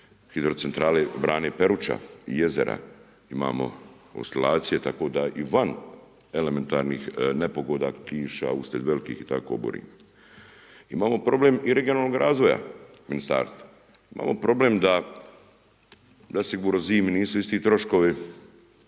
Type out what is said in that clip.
hidrocentrale Brane Peruča i jezera, imamo oscilacije tako da i van elementarnih nepogoda, kiša, uslijed velikih i tako oborina. Imamo problem i regionalnog razvoja ministarstva, imamo problem da zasigurno zimi nisu isti troškovi